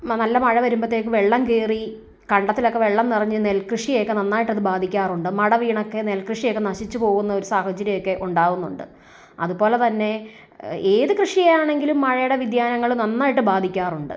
ഈ നല്ല മഴ വരുമ്പോഴത്തേക്ക് വെള്ളം കയറി കണ്ടത്തിലൊക്കെ വെള്ളം നിറഞ്ഞ് നെൽകൃഷിയെ ഒക്കെ നന്നായിട്ട് അത് ബാധിക്കാറുണ്ട് മട വീണൊക്കെ നെൽകൃഷി ഒക്കെ നശിച്ചു പോകുന്ന ഒരു സാഹചര്യം ഒക്കെ ഉണ്ടാകുന്നുണ്ട് അതുപോലെ തന്നെ ഏത് കൃഷിയെ ആണെങ്കിലും മഴയുടെ വ്യതിയാനങ്ങള് നന്നായിട്ട് ബാധിക്കാറുണ്ട്